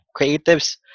creatives